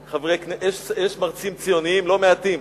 יש מרצים ציונים לא מעטים.